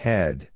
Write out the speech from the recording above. Head